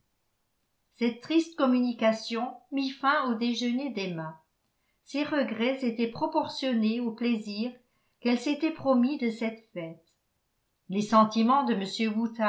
cette triste communication mit fin au déjeuner d'emma ses regrets étaient proportionnés au plaisir qu'elle s'était promis de cette fête les sentiments de